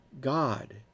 God